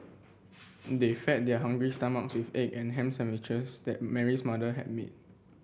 they fed their hungry stomachs with egg and ham sandwiches that Mary's mother had made